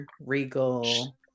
regal